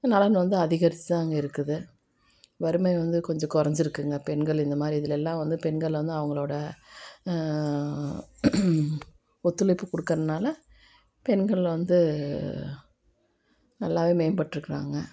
நலன் வந்து அதிகரித்துதாங்க இருக்குது வறுமை வந்து கொஞ்சம் குறைஞ்சிருக்குங்க பெண்கள் இந்த மாதிரி இதிலெலாம் வந்து பெண்கள் வந்து அவர்களோட ஒத்துழைப்பு கொடுக்குறனால பெண்கள் வந்து நல்லாவே மேம்பட்டிருக்றாங்க